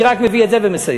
אני רק מביא את זה ומסיים.